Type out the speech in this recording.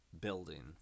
building